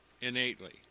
innately